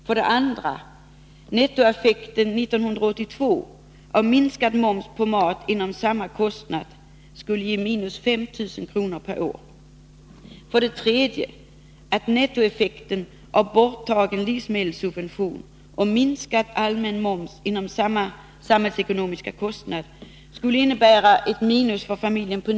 För det andra blir nettoeffekten 1982 av minskad moms på mat inom samma kostnad en minskning med 500 kr. på ett år. För det tredje blir nettoeffekten för familjen av borttagen livsmedelssubvention och minskad allmän moms inom samma samhällsekonomiska kostnad en försämring med 900 kr. på ett år.